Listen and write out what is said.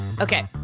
Okay